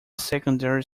secondary